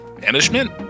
banishment